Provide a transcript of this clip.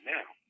now